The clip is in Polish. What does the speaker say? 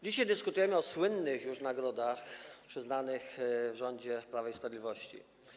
Dzisiaj dyskutujemy o słynnych już nagrodach przyznanych w rządzie Prawa i Sprawiedliwości.